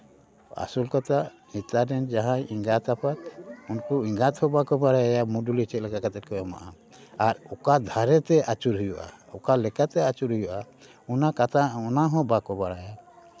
ᱟᱥᱚᱞ ᱠᱟᱛᱷᱟ ᱱᱮᱛᱟᱨ ᱨᱮᱱ ᱡᱟᱦᱟᱸᱭ ᱮᱸᱜᱟᱛ ᱟᱯᱟᱛ ᱩᱱᱠᱩ ᱮᱸᱜᱟᱛ ᱦᱚᱸ ᱵᱟᱝᱠᱚ ᱵᱟᱲᱟᱭᱟ ᱢᱩᱰᱩᱞᱤ ᱪᱮᱫ ᱞᱮᱠᱟ ᱠᱟᱛᱮᱫ ᱠᱚ ᱮᱢᱟᱜᱼᱟ ᱟᱨ ᱚᱠᱟ ᱫᱷᱟᱨᱮ ᱛᱮ ᱟᱹᱪᱩᱨ ᱦᱩᱭᱩᱜᱼᱟ ᱚᱠᱟ ᱞᱮᱠᱟᱛᱮ ᱟᱹᱪᱩᱨ ᱦᱩᱭᱩᱜᱼᱟ ᱚᱱᱟ ᱠᱟᱛᱷᱟ ᱚᱱᱟ ᱦᱚᱸ ᱵᱟᱠᱚ ᱵᱟᱲᱟᱭᱟ